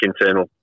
internal